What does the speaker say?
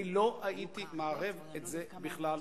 לא הייתי מערב את זה בכלל עכשיו,